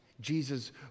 Jesus